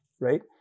right